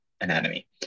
anatomy